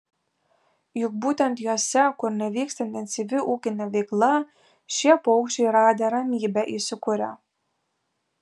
juk būtent jose kur nevyksta intensyvi ūkinė veikla šie paukščiai radę ramybę įsikuria